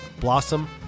Blossom